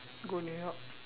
go new york